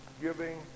giving